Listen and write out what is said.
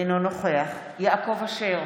אינו נוכח יעקב אשר,